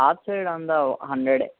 ఆసైడ్ అందా హన్రెడ్